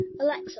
Alexa